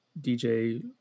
DJ